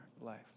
life